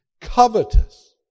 covetous